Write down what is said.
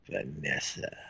Vanessa